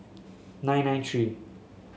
nine nine three